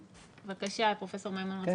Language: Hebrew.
בבקשה, פרופ' מימון.